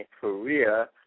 Korea